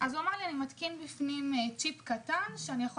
הוא אמר שהוא מתקין בפנים צ'יפ קטן שבאמצעותו